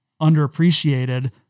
underappreciated